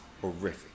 horrific